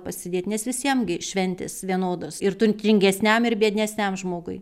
pasidėt nes visiem gi šventės vienodos ir turtingesniam ir biednesniam žmogui